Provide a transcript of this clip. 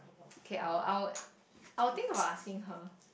okay I will I will I will think of asking her